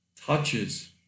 touches